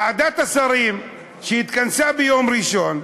ועדת השרים שהתכנסה ביום ראשון,